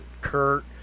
Kurt